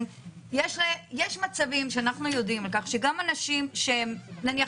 יש מצבים שאנחנו יודעים על כך שגם אנשים שהם נניח